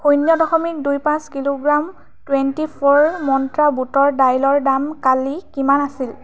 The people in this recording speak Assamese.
শূন্য দশমিক দুই পাঁচ কিলোগ্ৰাম টুৱেণ্টি ফ'ৰ মন্ত্ৰা বুটৰ দাইলৰ দাম কালি কিমান আছিল